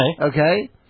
Okay